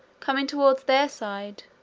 coming towards their side,